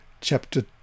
chapter